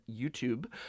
YouTube